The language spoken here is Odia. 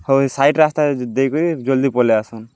ହଉ ହେ ସାଇଟ୍ ରାସ୍ତା ଦେଇକରି ଜଲ୍ଦି ପଳେଇ ଆସନ୍